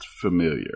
familiar